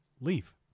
leave